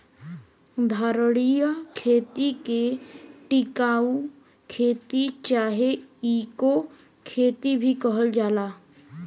धारणीय खेती के टिकाऊ खेती चाहे इको खेती भी कहल जाला